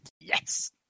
Yes